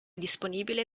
disponibile